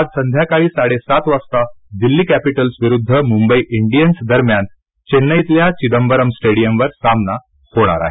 आज संध्याकाळी साडेसात वाजता दिल्ती कॅपिटल्स विरुद्ध मुंबई इंडियन्स दरम्यान थेन्नईतल्या पिंदबरम स्टेडीयमवर सामना होणार आहे